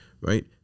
right